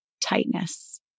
tightness